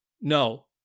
No